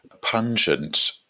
pungent